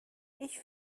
ich